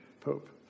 pope